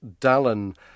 Dallin